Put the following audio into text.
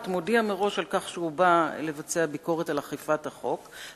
מודיע מראש על כך שהוא בא לבצע ביקורת על אכיפת החוק,